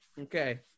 Okay